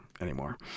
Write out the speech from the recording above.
anymore